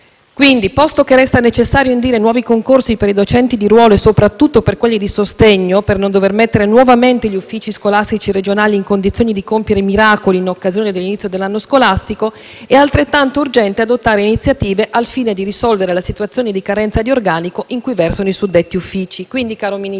quindi che resta necessario indire nuovi concorsi per i docenti di ruolo e soprattutto per quelli di sostegno, per non dover mettere nuovamente gli uffici scolastici regionali in condizioni di compiere i miracoli in occasione dell'inizio dell'anno scolastico, è altrettanto urgente adottare iniziative al fine di risolvere la situazione di carenza di organico in cui versano i suddetti uffici. Signor Ministro,